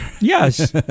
Yes